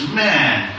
man